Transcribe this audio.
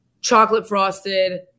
chocolate-frosted